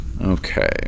Okay